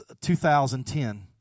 2010